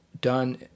done